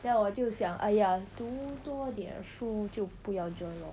then 我就想 !aiya! 读多点书就不要 join lor